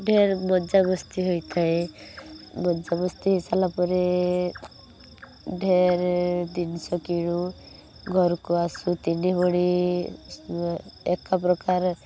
ଢେର ମଜା ମସ୍ତି ହୋଇଥାଏ ମଜା ମସ୍ତି ହେଇ ସାରିଲା ପରେ ଢେର ଜିନିଷ କିଣୁ ଘରକୁ ଆସୁ ତିନି ଭଉଣୀ ଏକା ପ୍ରକାର